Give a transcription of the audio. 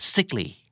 Sickly